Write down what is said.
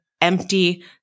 empty